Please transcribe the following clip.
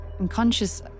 unconscious